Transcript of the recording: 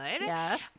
yes